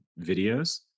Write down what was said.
videos